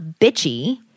bitchy